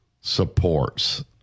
supports